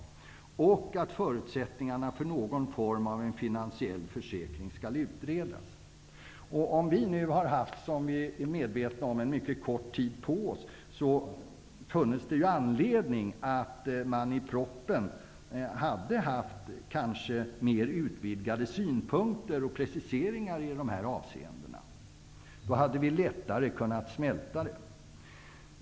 Vi yrkar också att förutsättningarna för någon form av en finansiell försäkring skall utredas. Om vi nu har haft en mycket kort tid på oss hade det funnits anledning att i propositionen lämna mer utvidgade synpunkter och preciseringar i dessa avseenden. Då hade vi lättare kunnat smälta det.